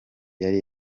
yari